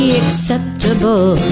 acceptable